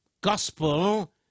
gospel